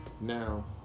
Now